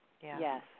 Yes